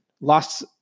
lost